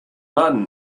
martin